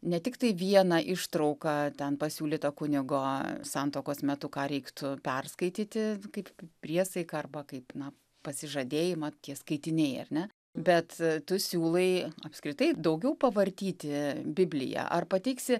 ne tiktai vieną ištrauką ten pasiūlyto kunigo santuokos metu ką reiktų perskaityti kaip priesaiką arba kaip na pasižadėjimą tie skaitiniai ar ne bet tu siūlai apskritai daugiau pavartyti bibliją ar pateiksi